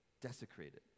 desecrated